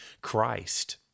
Christ